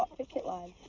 ah picket line.